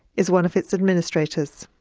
is one of its administrators.